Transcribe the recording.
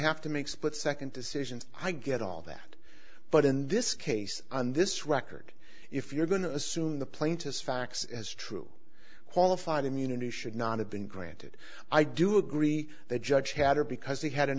have to make split second decisions i get all that but in this case on this record if you're going to assume the plaintiff's facts as true qualified immunity should not have been granted i do agree that judge chatter because they had an